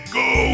go